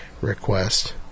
request